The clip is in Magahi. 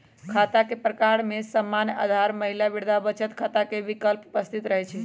खता के प्रकार में सामान्य, आधार, महिला, वृद्धा बचत खता के विकल्प उपस्थित रहै छइ